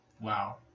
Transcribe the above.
Wow